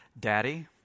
Daddy